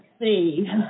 see